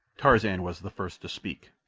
tarzan was the first to speak.